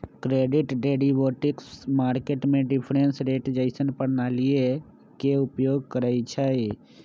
credit derivatives market में difference rate जइसन्न प्रणालीइये के उपयोग करइछिए